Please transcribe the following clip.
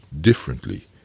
differently